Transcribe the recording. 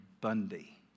Bundy